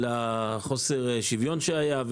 על חוסר השוויון שהיה,